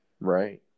Right